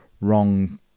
wrong